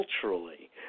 culturally